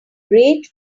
great